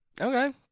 Okay